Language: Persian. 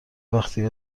وقتی